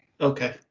Okay